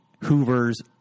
Hoovers